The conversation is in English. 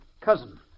cousin